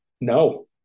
No